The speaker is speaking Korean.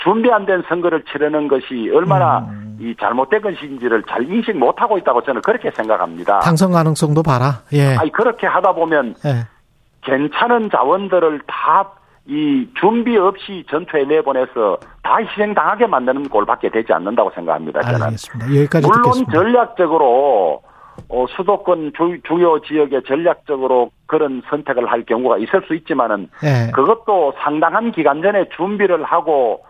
준비 안 된 선거를 치르는 것이 얼마나 음. 이 잘못된 것인지를 잘 인식 못하고 있다고 저는 그렇게 생각합니다. 당선 가능성도 봐라. 예. 아니, 그렇게 하다 보면 예. 괜찮은 자원들을 다 이 준비 없이 전투에 내보내서 다 희생당하게 만드는 꼴밖에 되지 않는다고 생각합니다, 저는. 알겠습니다. 여기까지 물론 듣겠습니다. 전략적으로, 어, 수도권 주- 주요 지역에 전략적으로 그런 선택을 할 경우가 있을 수 있지만은 예. 그것도 상당한 기간 전에 준비를 하고